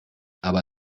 aber